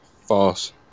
False